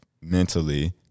mentally